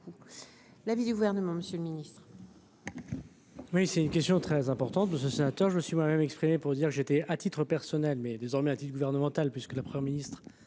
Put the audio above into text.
L'avis du gouvernement, Monsieur le Ministre. Oui, c'est une question très importante de ce sénateur, je suis moi-même exprimé pour dire que j'étais à titre personnel mais désormais a-t-il gouvernemental puisque le 1er ministre